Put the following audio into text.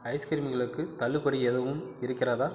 ஐஸ்கிரீம்களுக்கு தள்ளுபடி எதுவும் இருக்கிறதா